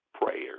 prayer